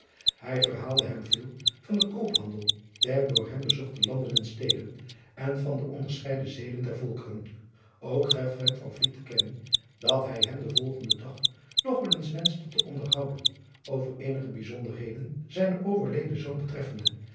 ij verhaalde hem veel van den koophandel der door hem bezochte anden en teden en van de onderscheiden zeden der olkeren ok gaf hem te kennen dat hij hem den volgenden dag nog wel eens wenschte te onderhouden over eenige bijzonderheden zijnen overleden zoon betreffende